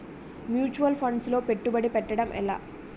Mutual funds లో పెట్టుబడి పెట్టడం ఎలా?